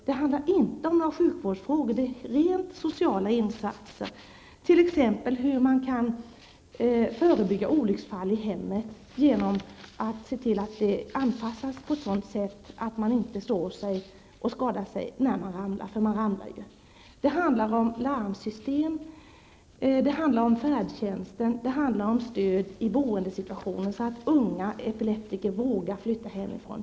Den handlar inte om sjukvårdsfrågor, utan om rent sociala insatser, t.ex. hur man kan förebygga olycksfall i hemmet genom att se till att hemmet anpassas på ett sådant sätt att en epileptiker inte skadar sig när han ramlar -- epileptiker ramlar ju. Motionen handlar om larmsystem, om färdtjänst och om stöd i boendesituationen, som gör att unga epileptiker vågar flytta hemifrån.